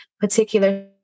particular